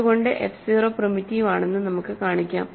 അതുകൊണ്ടു f 0 primitive ആണെന്ന് നമുക്ക് കാണിക്കാം